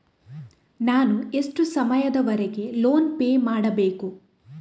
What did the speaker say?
ನಾನು ಎಷ್ಟು ಸಮಯದವರೆಗೆ ಲೋನ್ ಪೇ ಮಾಡಬೇಕು?